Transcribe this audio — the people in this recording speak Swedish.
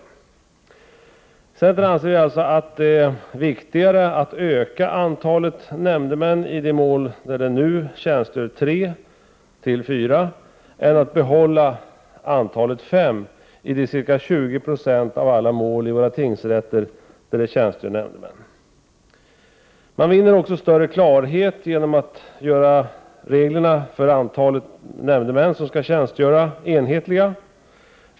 Vi i centern anser alltså att det är viktigare att öka antalet nämndemän i de mål där det nu tjänstgör tre—fyra än att behålla antalet fem i de ca 20 96 av alla mål vid våra tingsrätter, där nämndemän tjänstgör. Man vinner också större klarhet genom att göra reglerna för antalet nämndemän som skall tjänstgöra enhetliga.